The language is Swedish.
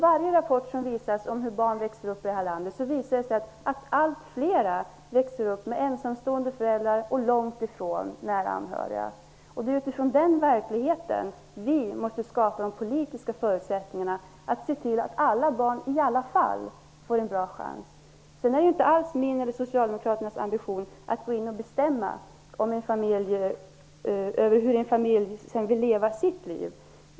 Varje rapport om hur barn växer upp här i landet visar att allt fler växer upp med ensamstående föräldrar och långt ifrån nära anhöriga. Det är utifrån den verkligheten vi måste skapa de politiska förutsättningarna att se till att alla barn i alla fall får en bra chans. Sedan är det inte alls min eller Socialdemokraternas ambition att bestämma över hur en familj skall leva sitt liv.